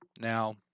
Now